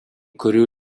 kurių